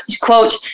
Quote